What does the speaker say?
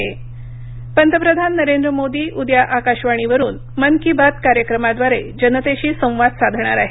पंतप्रधान मन की बात पंतप्रधान नरेंद्र मोदी उद्या आकाशवाणीवरून मन की बात कार्यक्रमाद्वारे जनतेशी संवाद साधणार आहेत